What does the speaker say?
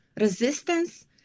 resistance